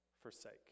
forsake